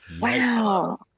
wow